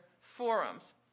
forums